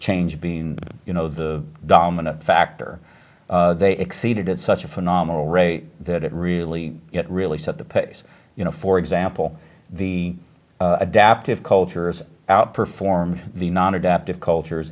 change being you know the dominant factor they exceeded it such a phenomenal rate that it really really set the pace you know for example the adaptive cultures outperform the non adaptive cultures